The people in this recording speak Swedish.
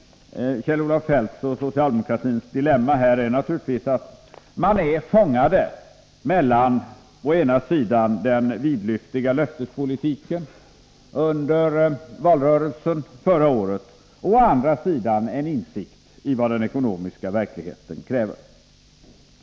Kjell-Olof Feldts och socialdemokratins dilemma är naturligtvis att man är fångad mellan å ena sidan den vidlyftiga löftespolitiken under valrörelsen förra året och å andra sidan en insikt i vad den ekonomiska verkligheten kräver.